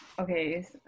Okay